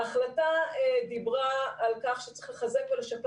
ההחלטה דיברה על כך שצריך לחזק ולשפר